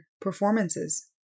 performances